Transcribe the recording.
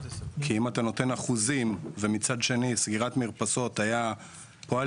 כי אם אתה נותן אחוזים ומצד שני סגירת מרפסות היה פועל